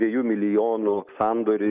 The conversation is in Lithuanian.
dviejų milijonų sandorį